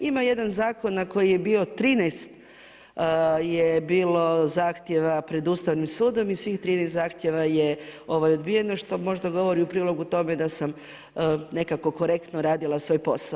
Ima jedan zakon na koji je bilo 13 zahtjeva pred Ustavnim sudom i svih 13 zahtjeva je odbijeno što možda govori u prilog tome da sam nekako korektno radila svoj posao.